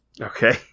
Okay